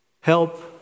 Help